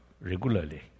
regularly